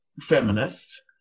feminist